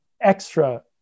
extra